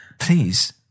please